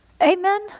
Amen